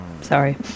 sorry